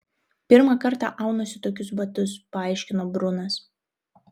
pirmą kartą aunuosi tokius batus paaiškino brunas